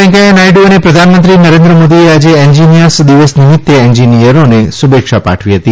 વેકૈયા નાયડુ અને પ્રધાનમંત્રી નરેન્દ્ર મોદીએ આજે એન્જીનીયર્સ દિવસ નિમિત્તે એન્જીનીયરોને શુભેચ્છા પાઠવી હતી